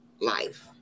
life